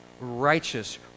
righteous